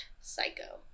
psycho